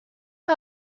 who